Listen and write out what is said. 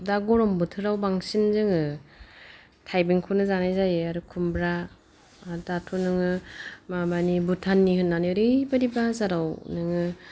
दा गरम बोथोराव बांसिन जोङो थायबेंखौनो जानाय जायो आरो खुमब्रा दाथ' नोङो माबानि भुटान नि होननानै ओरैबायदि बाजाराव नोङो